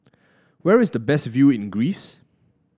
where is the best view in Greece